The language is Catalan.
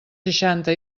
seixanta